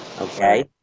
okay